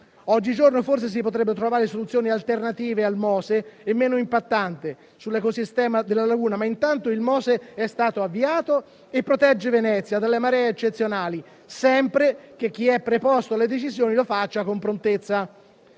Oggigiorno forse si potrebbero trovare soluzioni alternative e meno impattanti sull'ecosistema della laguna, ma intanto è stato avviato e protegge Venezia dalle maree eccezionali, sempre che chi è preposto alle decisioni lo faccia con prontezza.